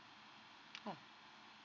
oh